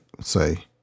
say